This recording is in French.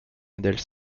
modèles